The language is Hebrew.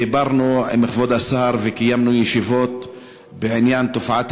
דיברנו עם כבוד השר וקיימנו ישיבות בעניין תופעת